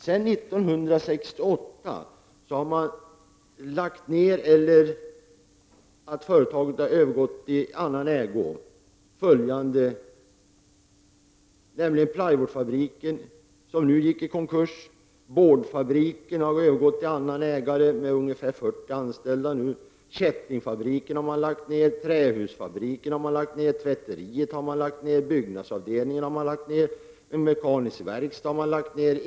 Sedan 1968 har följande företag som jag skall räkna upp antingen lagts ned eller övergått i annan ägo: Plywoodfabriken har nyligen gått i konkurs. Boardfabriken har övergått till annan ägare och har nu sammanlagt 40 anställda. Kättingfabriken har lagts ned. Trähusfabriken har lagts ned. Tvätteriet har lagts ned. Byggnadsavdelningen har lagts ned. En mekanisk verkstad har lagts ned.